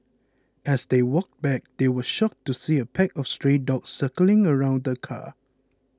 as they walked back they were shocked to see a pack of stray dogs circling around the car